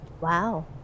Wow